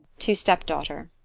to step-daughter.